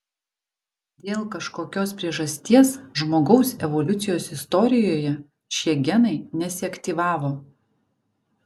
dėl kažkokios priežasties žmogaus evoliucijos istorijoje šie genai nesiaktyvavo